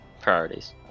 Priorities